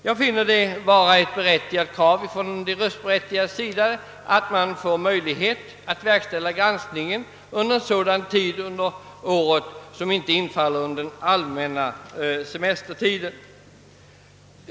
Jag finner det vara ett berättigat krav från de röstberättigades sida att granskningen kan verkställas under sådan del av året som inte infaller under den allallmänna semestertiden.